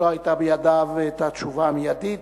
ולא היתה בידיו התשובה המיידית.